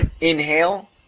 inhale